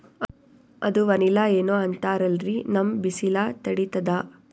ಅದು ವನಿಲಾ ಏನೋ ಅಂತಾರಲ್ರೀ, ನಮ್ ಬಿಸಿಲ ತಡೀತದಾ?